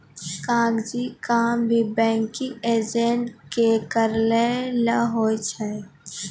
कागजी काम भी बैंकिंग एजेंट के करय लै होय छै